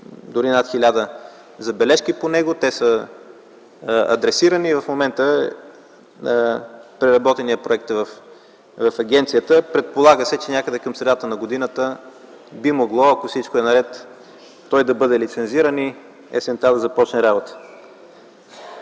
дори над хиляда забележки по него, те са адресирани и в момента преработеният проект е в агенцията. Предполага се някъде към средата на годината, ако всичко е наред, би могло да бъде лицензиран и есента да започне работата.